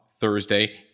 Thursday